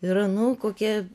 yra nu kokie